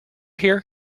here